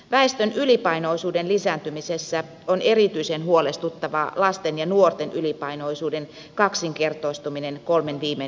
väestön ylipainoisuuden lisääntymisessä on erityisen huolestuttavaa lasten ja nuorten ylipainoisuuden kaksinkertaistuminen kolmen viime vuosikymmenen aikana